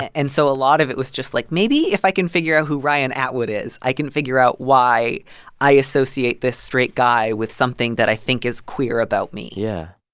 and so a lot of it was just, like maybe if i can figure out who ryan atwood is, i can figure out why i associate this straight guy with something that i think is queer about me yeah.